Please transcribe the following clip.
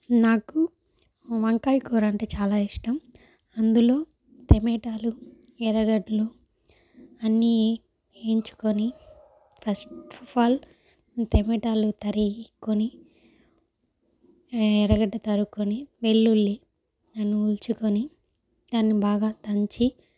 నాకు వంకాయ కూర అంటే చాలా ఇష్టం అందులో టమాటాలు ఎర్రగడ్డలు అన్ని వేయించుకొని ఫస్ట్ ఆఫ్ ఆల్ టమాటాలు తరిగుకొని ఎర్రగడ్డ తరుగుకొని వెల్లుల్లి అని వలుచుకొని దాన్ని బాగా దంచి